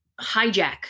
hijack